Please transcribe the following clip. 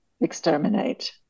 exterminate